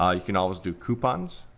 ah you can always do coupons.